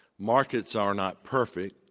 markets are not perfect.